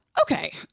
Okay